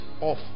off